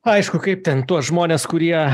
aišku kaip ten tuos žmones kurie